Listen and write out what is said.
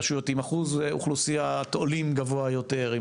רשויות על אחוז אוכלוסיית עולים גבוה יותר.